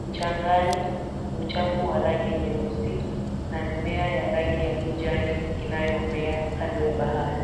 Mchangani ni uchafu wa rangi nyeusi na mimea ya rangi ya kijani inayomea kando ya bahari.